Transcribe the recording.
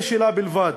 ושלה בלבד.